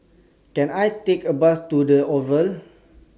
Can I Take A Bus to The Oval